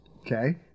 Okay